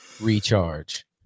recharge